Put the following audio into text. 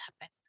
happen